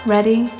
Ready